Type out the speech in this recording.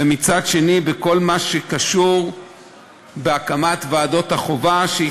ומצד שני בכל מה שקשור בהקמת ועדות החובה שהיא